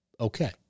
Okay